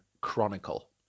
Chronicle